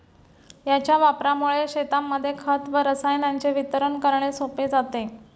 याच्या वापरामुळे शेतांमध्ये खत व रसायनांचे वितरण करणे सोपे जाते